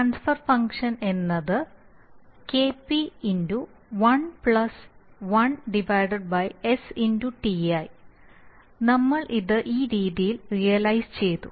transfer function എന്നത് KP11STi നമ്മൾ ഇത് ഈ രീതിയിൽ റിയൽലൈസ് ചെയ്തു